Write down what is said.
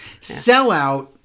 Sellout